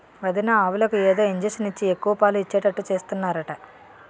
వదినా ఆవులకు ఏదో ఇంజషను ఇచ్చి ఎక్కువ పాలు ఇచ్చేటట్టు చేస్తున్నారట